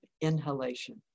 inhalation